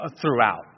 throughout